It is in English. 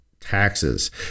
taxes